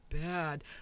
bad